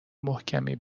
محکمی